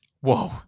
Whoa